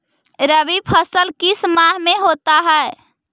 रवि फसल किस माह में होते हैं?